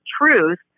truth